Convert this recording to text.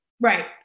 Right